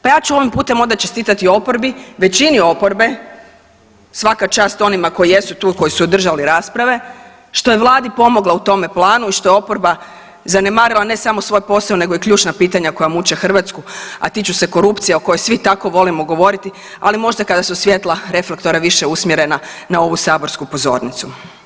Pa ja ću ovim putem onda čestitati oporbi, većini oporbe, svaka čast onima koji jesu tu i koji su održali rasprave, što je vladi pomogla u tome planu i što je oporba zanemarila ne samo svoj posao nego i ključna pitanja koja muče Hrvatsku, a tiču se korupcije o kojoj svi tako volimo govorili ali možda kada su svjetla reflektora više usmjerena na ovu saborsku pozornicu.